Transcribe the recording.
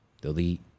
delete